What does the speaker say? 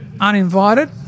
uninvited